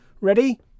Ready